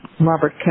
Robert